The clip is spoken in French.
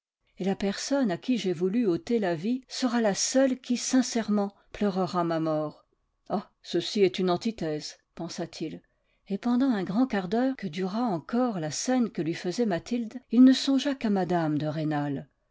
et la personne à qui j'ai voulu ôter la vie sera la seule qui sincèrement pleurera ma mort ah ceci est une antithèse pensa-t-il et pendant un grand quart d'heure que dura encore la scène que lui faisait mathilde il ne songea qu'à mme de rênal